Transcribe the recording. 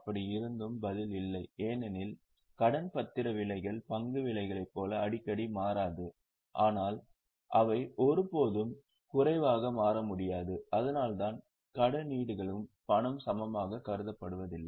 அப்படியிருந்தும் பதில் இல்லை ஏனெனில் கடன் பத்திர விலைகள் பங்கு விலைகளைப் போல அடிக்கடி மாறாது ஆனால் அவை ஒருபோதும் குறைவாக மாற முடியாது அதனால்தான் கடன் பத்திரங்களை பணத்திற்கு சமமாக கருதப்படுவதில்லை